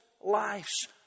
lives